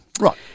Right